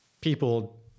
people